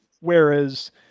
whereas